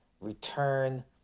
return